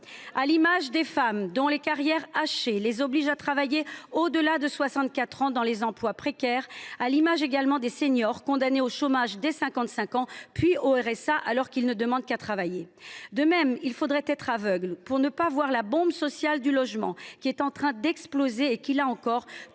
à l’image des femmes, dont les carrières hachées les obligent à occuper des emplois précaires au delà de 64 ans ; à l’image également des seniors, condamnés dès 55 ans au chômage, puis au RSA, alors qu’ils ne demandent qu’à travailler. De même, il faudrait être aveugle pour ne pas voir la bombe sociale du logement, qui est en train d’exploser et qui, là encore,